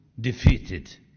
defeated